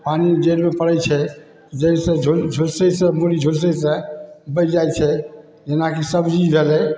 पानी जाहिमे पड़ै छै जाहिसँ झुलसैसँ मूड़ी झुलसैसँ बचि जाइ छै जेनाकि सब्जी भेलै